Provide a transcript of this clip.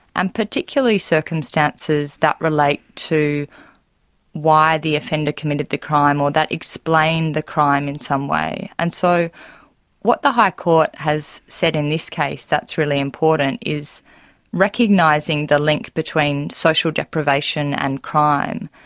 and particularly circumstances that relate to why the offender committed the crime or that explain the crime in some way. and so what the high court has said in this case that's really important is recognising the link between social deprivation and crime,